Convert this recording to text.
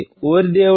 ఓరి దేవుడా